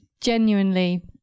genuinely